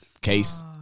case